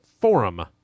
Forum